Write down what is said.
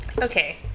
Okay